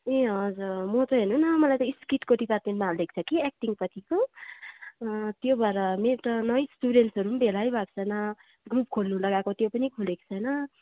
ए हजुर म त हेर्नु न मलाई त स्किटको डिपार्टमेन्टमा हालिदिएको छ कि एक्टिङ पछिको त्यो भएर मेरो त नयाँ स्टुडेन्ट्सहरू भेलै भएको छैन ग्रुप खोल्नु लगाएको त्यो पनि खोलेको छैन